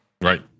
right